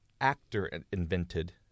actor-invented